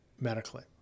medically